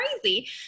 crazy